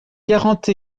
quarante